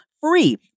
free